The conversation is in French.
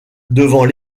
devant